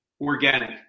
organic